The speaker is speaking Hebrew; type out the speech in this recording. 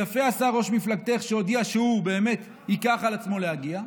יפה עשה ראש מפלגתך שהודיע שהוא באמת ייקח על עצמו להגיע.